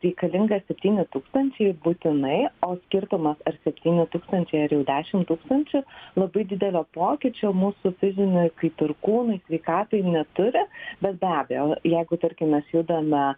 reikalinga septyni tūkstančiai būtinai o skirtumas ar septyni tūkstančiai ar jau dešim tūkstančių labai didelio pokyčio mūsų fiziniui kaip ir kūnui sveikatai neturi bet be abejo jeigu tarkim mes judame